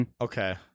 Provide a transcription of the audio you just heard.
Okay